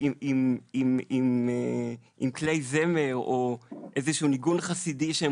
עם כלי זמר או איזשהו ניגון חסידי שהם